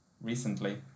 recently